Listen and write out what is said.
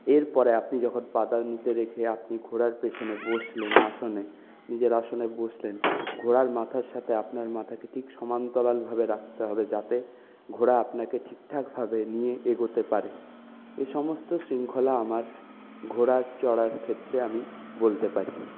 এরপরে আপনি যখন পাদানিতে রেখে আপনি ঘোড়ার পিছনে বসলেন আসনে নিজের আসনে বসলেন ঘোড়ার মাথার সাথে আপনার মাথাকে ঠিক সমান্তরালভাবে রাখতে হবে যাতে ঘোড়া আপনাকে ঠিকঠাকভাবে নিয়ে এগোতে পারে এই সমস্ত শৃঙ্খলা আমার ঘোড়া চড়ার ক্ষেত্রে আমি বলতে পারি